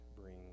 bring